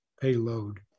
payload